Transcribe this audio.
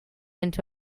into